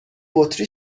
بطری